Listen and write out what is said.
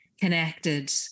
connected